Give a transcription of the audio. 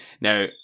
now